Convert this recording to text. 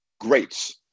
greats